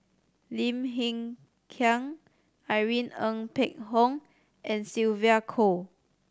Lim Hng Kiang Irene Ng Phek Hoong and Sylvia Kho